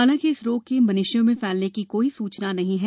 हालांकि इस रोग के मनुष्यों में फैलने की कोई सूचना नहीं है